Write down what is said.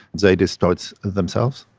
they destroyed themselves.